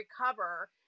recover